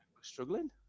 struggling